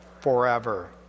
forever